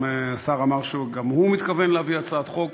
השר אמר שגם הוא מתכוון להביא הצעת חוק,